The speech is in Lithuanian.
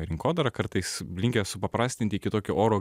rinkodarą kartais linkę supaprastint iki tokio oro